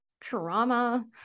trauma